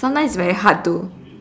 sometimes is very hard to